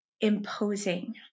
imposing